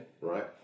Right